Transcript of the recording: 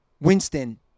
Winston